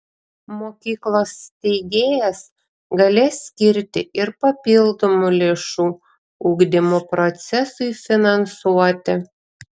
mokyklos steigėjas galės skirti ir papildomų lėšų ugdymo procesui finansuoti